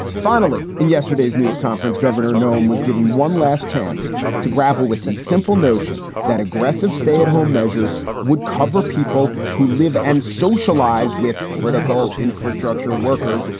finally, in yesterday's news conference, governor nome was given one last chance to grapple with the simple notion that aggressive stay at home measures would cover people who live and socialize with critical infrastructure workers,